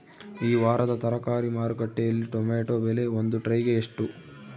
ಈ ವಾರದ ತರಕಾರಿ ಮಾರುಕಟ್ಟೆಯಲ್ಲಿ ಟೊಮೆಟೊ ಬೆಲೆ ಒಂದು ಟ್ರೈ ಗೆ ಎಷ್ಟು?